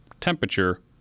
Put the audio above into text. temperature